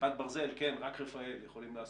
כיפת ברזל, כן, רק רפאל יכולה לעשות.